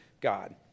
God